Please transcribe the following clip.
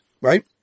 right